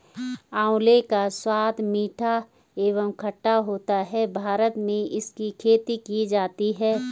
आंवले का स्वाद मीठा एवं खट्टा होता है भारत में इसकी खेती की जाती है